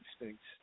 instincts